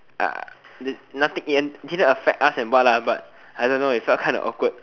uh n~ nothing it didn't affect us and what lah but I don't know it felt kinda awkward